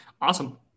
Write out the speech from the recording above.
Awesome